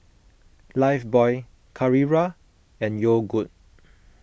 Lifebuoy Carrera and Yogood